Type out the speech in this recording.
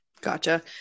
Gotcha